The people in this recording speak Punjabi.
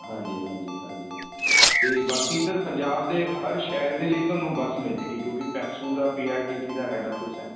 ਹਾਂਜੀ ਹਾਂਜੀ ਹਾਂਜੀ ਅਤੇ ਬਾਕੀ ਸਰ ਪੰਜਾਬ ਦੇ ਹਰ ਸ਼ਹਿਰ ਦੇ ਲਈ ਤੁਹਾਨੂੰ ਬੱਸ ਮਿਲ ਜਾਏਗੀ ਕਿਉਂਕਿ ਪੈਪਸੂ ਦਾ ਪੀ ਆਰ ਟੀ ਸੀ ਦਾ ਹੈਡ ਆਫਿਸ ਹੈ